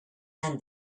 and